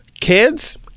Kids